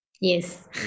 Yes